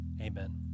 amen